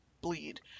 bleed